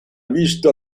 visto